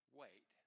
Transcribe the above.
wait